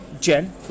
Jen